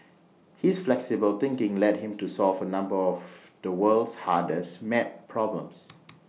his flexible thinking led him to solve A number of the world's hardest math problems